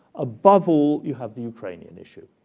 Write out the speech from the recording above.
above all, you have the ukrainian issue.